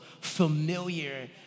familiar